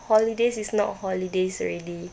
holidays is not holidays already